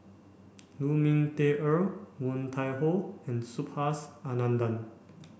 Lu Ming Teh Earl Woon Tai Ho and Subhas Anandan